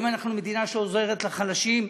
האם אנחנו מדינה שעוזרת לחלשים,